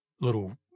little